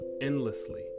endlessly